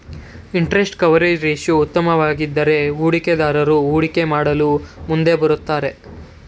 interest coverage ratio ಉತ್ತಮವಾಗಿದ್ದರೆ ಹೂಡಿಕೆದಾರರು ಹೂಡಿಕೆ ಮಾಡಲು ಮುಂದೆ ಬರುತ್ತಾರೆ